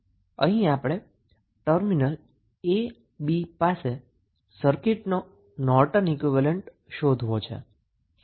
અહીં આપણે terminal a b પાસે સર્કિટનો નોર્ટન ઈક્વીવેલેન્ટ શોધવો છે